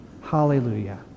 Hallelujah